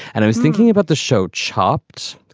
and i was thinking about the show chopped,